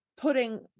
Putting